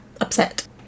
upset